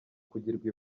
kugirwa